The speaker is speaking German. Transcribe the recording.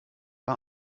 war